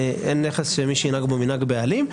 בנכס שאין בו מי שינהג "מנהג בעלים".